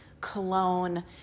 cologne